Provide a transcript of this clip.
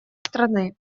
страны